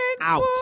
out